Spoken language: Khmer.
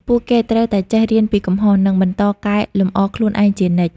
ពួកគេត្រូវតែចេះរៀនពីកំហុស និងបន្តកែលម្អខ្លួនឯងជានិច្ច។